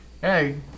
Hey